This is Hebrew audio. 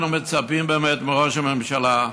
אנחנו מצפים באמת מראש הממשלה,